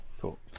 cool